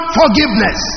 forgiveness